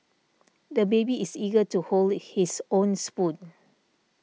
the baby is eager to hold his own spoon